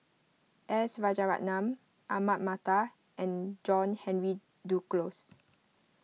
S Rajaratnam Ahmad Mattar and John Henry Duclos